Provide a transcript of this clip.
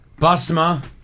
Basma